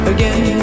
Again